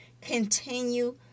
Continue